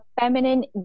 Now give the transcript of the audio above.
feminine